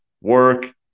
work